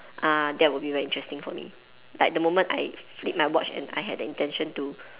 ah that will be very interesting for me like the moment I flipped my watch and I had the intention to